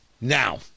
Now